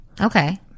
Okay